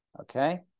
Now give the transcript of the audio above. okay